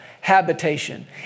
habitation